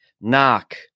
knock